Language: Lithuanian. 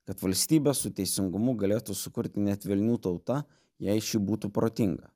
kad valstybę su teisingumu galėtų sukurti net velnių tauta jei ši būtų protinga